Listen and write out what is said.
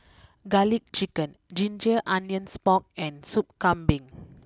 Garlic Chicken Ginger Onions Pork and Soup Kambing